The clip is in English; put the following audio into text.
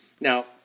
Now